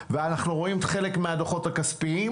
ואנחנו רואים חלק מהדוחות הכספיים